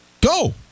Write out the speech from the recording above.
Go